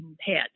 head